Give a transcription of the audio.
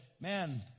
man